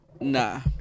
nah